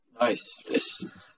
Nice